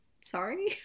Sorry